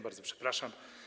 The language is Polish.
Bardzo przepraszam.